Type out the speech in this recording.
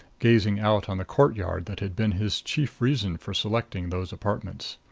gazing out on the courtyard that had been his chief reason for selecting those apartments.